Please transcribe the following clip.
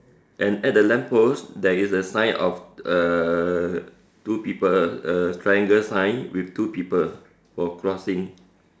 and at the lamp post there is a sign of err two people uh triangle sign with two people who are crossing